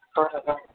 हा हा